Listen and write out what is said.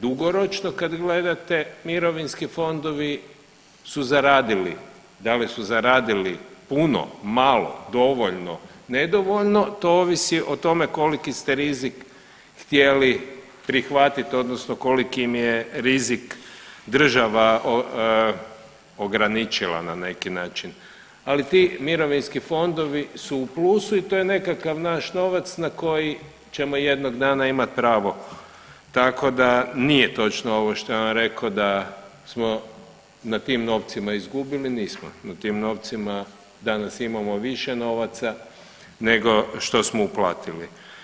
Dugoročno kad gledate mirovinski fondovi su zaradili, da li su zaradili puno, malo, dovoljno, nedovoljno to ovisi o tome koliki ste rizik htjeli prihvatit odnosno koliki im je rizik država ograničila na neki način, ali ti mirovinski fondovi su u plusu i to je nekakav naš novac na koji ćemo jednog dana imat pravo, tako da nije točno ovo što je on rekao da smo na tim novcima izgubili, nismo, na tim novcima danas imamo više novaca nego što smo uplatili.